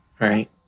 right